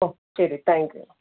ഓ ശരി താങ്ക്യൂ